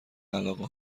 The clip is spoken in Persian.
علاقه